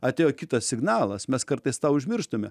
atėjo kitas signalas mes kartais tą užmirštame